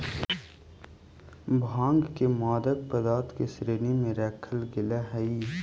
भाँग के मादक पदार्थ के श्रेणी में रखल गेले हइ